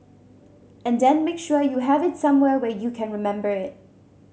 and then make sure you have it somewhere where you can remember it